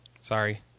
Sorry